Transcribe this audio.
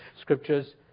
scriptures